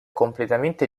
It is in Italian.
completamente